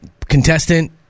contestant